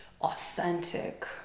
authentic